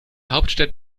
hauptstadt